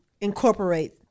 incorporate